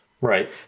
Right